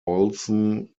olsen